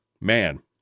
Man